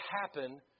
happen